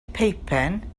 peipen